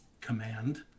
command